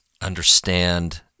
understand